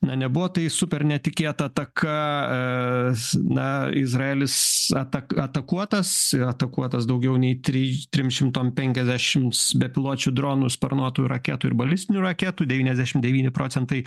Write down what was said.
na nebuvo tai super netikėta ataka na izraelis ataka atakuotas atakuotas daugiau nei trij trim šimtom penkiasdešims bepiločių dronų sparnuotųjų raketų ir balistinių raketų devyniasdešim devyni procentai